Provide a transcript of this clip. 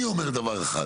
אבל, אני אומר דבר אחד,